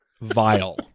Vile